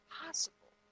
possible